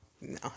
No